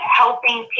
helping